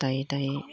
दायै दायै